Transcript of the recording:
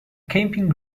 camping